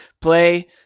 play